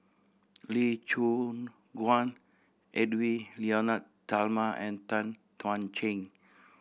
Lee Choon Guan Edwy Lyonet Talma and Tan Thuan Heng